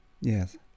yes